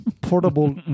portable